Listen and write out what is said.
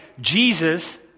Jesus